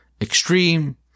extreme